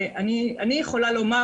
אני יכולה לומר,